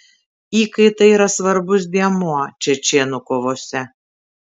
įkaitai yra svarbus dėmuo čečėnų kovose